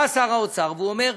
בא שר האוצר ואומר: